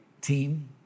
team